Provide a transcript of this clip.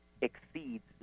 exceeds